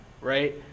right